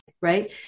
Right